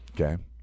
okay